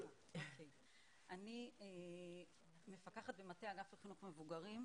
אני מפקחת במטה אגף לחינוך מבוגרים,